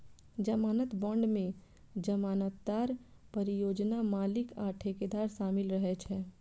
जमानत बांड मे जमानतदार, परियोजना मालिक आ ठेकेदार शामिल रहै छै